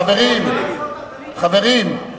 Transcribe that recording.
חברים, חברים, חברים.